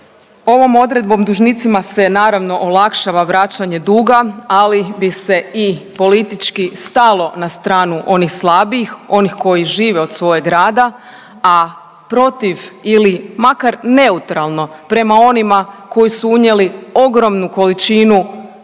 Ovom odredbom dužnicima se naravno olakšava vraćanje duga, ali bi se i politički stalo na stranu onih slabijih, onih koji žive od svojeg rada, a protiv ili makar neutralno prema onima koji su unijeli ogromnu količinu